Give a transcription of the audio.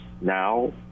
now